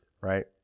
right